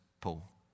Paul